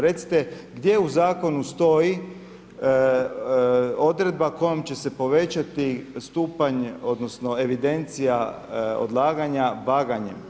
Recite gdje u zakonu stoji odredba kojom će se povećati stupanj, odnosno evidencija odlaganja vaganjem.